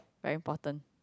very important